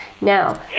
Now